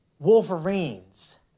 Wolverines